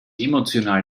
emotional